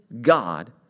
God